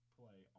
play